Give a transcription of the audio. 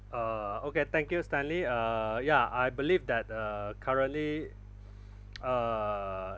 uh okay thank you stanley uh ya I believe that uh currently uh